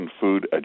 food